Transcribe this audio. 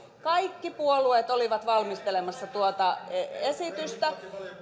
kaikki puolueet olivat valmistelemassa tuota esitystä